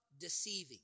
deceiving